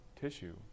tissue